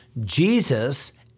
Jesus